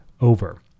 over